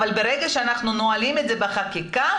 אבל ברגע שאנחנו נועלים את זה בחקיקה,